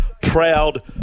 proud